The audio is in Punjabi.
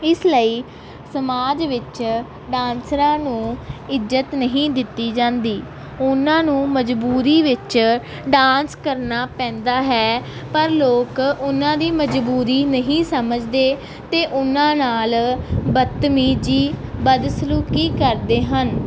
ਇਸ ਲਈ ਸਮਾਜ ਵਿੱਚ ਡਾਂਸਰਾਂ ਨੂੰ ਇੱਜ਼ਤ ਨਹੀਂ ਦਿੱਤੀ ਜਾਂਦੀ ਉਹਨਾਂ ਨੂੰ ਮਜ਼ਬੂਰੀ ਵਿੱਚ ਡਾਂਸ ਕਰਨਾ ਪੈਂਦਾ ਹੈ ਪਰ ਲੋਕ ਉਹਨਾਂ ਦੀ ਮਜ਼ਬੂਰੀ ਨਹੀਂ ਸਮਝਦੇ ਅਤੇ ਉਹਨਾਂ ਨਾਲ ਬਦਤਮੀਜੀ ਬਦਸਲੂਕੀ ਕਰਦੇ ਹਨ